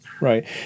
Right